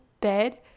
bed